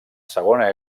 segona